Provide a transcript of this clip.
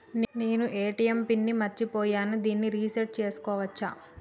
నేను ATM PIN ని మరచిపోయాను దాన్ని రీ సెట్ చేసుకోవచ్చా?